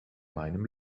meinem